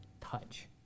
touch